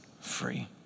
free